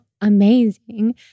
amazing